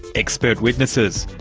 expert witnesses.